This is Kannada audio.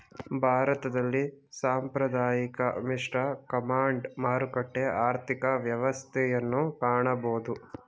ಭಾರತದಲ್ಲಿ ಸಾಂಪ್ರದಾಯಿಕ, ಮಿಶ್ರ, ಕಮಾಂಡ್, ಮಾರುಕಟ್ಟೆ ಆರ್ಥಿಕ ವ್ಯವಸ್ಥೆಯನ್ನು ಕಾಣಬೋದು